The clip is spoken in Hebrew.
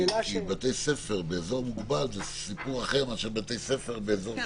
בתי ספר באזור מוגבל זה סיפור אחר מהסיפור של בתי ספר בסגר מדינתי.